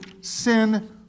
sin